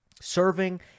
Serving